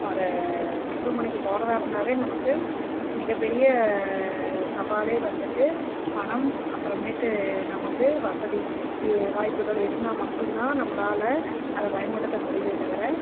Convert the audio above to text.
பாரு மருத்துவமனைக்கு போகிறதா இருந்தாவே நமக்கு மிகப்பெரிய சவால் வந்துட்டு பணம் அப்புறமேட்டு நமக்கு வசதி இது வாய்ப்புகள் இருந்தால் மட்டும்தான் நம்மளால அதை பயன்படுத்த முடியும் தவிர